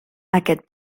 aquest